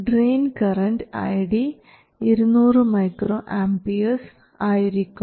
drain current ID 200 microamperes ആയിരിക്കും